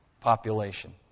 population